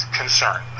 concern